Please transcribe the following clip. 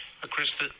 Chris